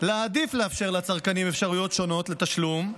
להעדיף לאפשר לצרכנים אפשרויות שונות לתשלום,